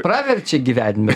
praverčia gyvenime